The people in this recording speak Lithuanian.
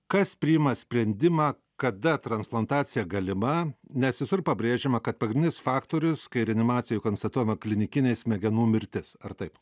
kas priima sprendimą kada transplantacija galima nes visur pabrėžiama kad pagrindinis faktorius kai reanimacijoj konstatuojama klinikinė smegenų mirtis ar taip